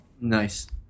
Nice